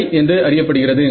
I என்று அறியப்படுகிறது